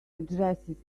addresses